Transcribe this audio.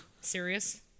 Serious